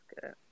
good